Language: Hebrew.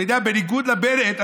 בניגוד לבנט,